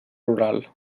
rural